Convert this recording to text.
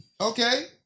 Okay